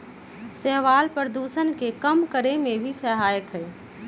शैवाल प्रदूषण के कम करे में भी सहायक हई